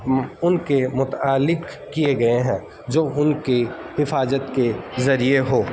ان کے متعلق کیے گئے ہیں جو ان کی حفاظت کے ذریعے ہو